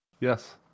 Yes